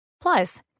Plus